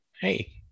Hey